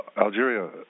Algeria